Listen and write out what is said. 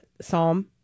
Psalm